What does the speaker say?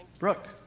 Brooke